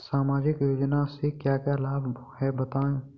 सामाजिक योजना से क्या क्या लाभ हैं बताएँ?